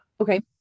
okay